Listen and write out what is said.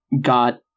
got